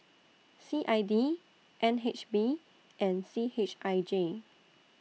C I D N H B and C H I J